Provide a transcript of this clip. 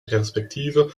perspektive